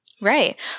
Right